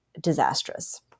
disastrous